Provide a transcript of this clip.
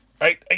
right